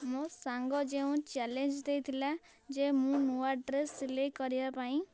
ମୋ ସାଙ୍ଗ ଯେଉଁ ଚ୍ୟାଲେଞ୍ଜ ଦେଇଥିଲା ଯେ ମୁଁ ନୂଆ ଡ୍ରେସ୍ ସିଲେଇ କରିବା ପାଇଁ